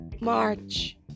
March